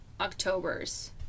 October's